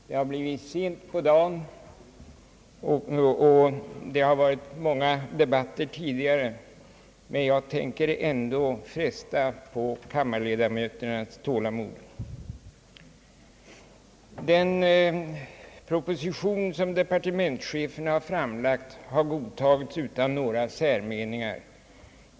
Det har blivit sent på dagen, och det har varit många debatter tidigare, men jag tänker ändå fresta på kammarledamöternas tålamod. Den proposition som departementschefen har framlagt har godtagits utan några särmeningar.